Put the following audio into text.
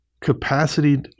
capacity